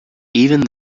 even